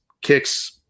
kicks